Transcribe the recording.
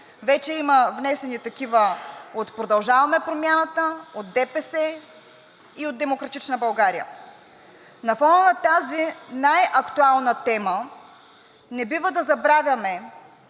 Вече има внесени такива от „Продължаваме Промяната“, от ДПС и от „Демократична България“. На фона на тази най-актуална тема не бива да забравяме,